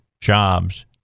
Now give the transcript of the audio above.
jobs